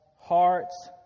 heart's